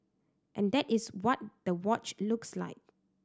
and that is what the watch looks like